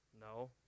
No